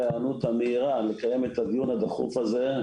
ההיענות המהירה לקיים את הדיון הדחוף הזה.